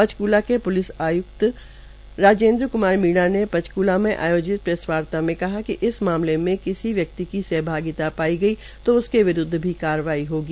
पंचकूला के पुलिस उपायुक्त राजेन्द्र क्मार मीणा ने पंचकूला में आयोजित प्रेसवार्ता मे कहा कि इस मामले मे किसी व्यक्ति की सहभागिता पाई गई तो उसके विरूद्व भी कार्रवाई होगी